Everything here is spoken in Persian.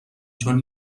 چون